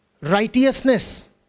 Righteousness